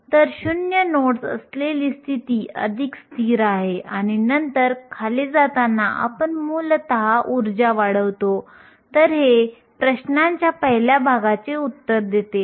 आपण आधी पाहिले की आपल्याकडे इलेक्ट्रॉनचे औष्णिक उत्तेजन थर्मल एक्सिटेशन असेल जेणेकरून व्हॅलेन्स बँडमधील इलेक्ट्रॉन वाहक बँडमध्ये जाऊ शकतील आणि छिद्रांच्या होल मागे राहतील